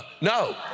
No